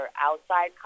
outside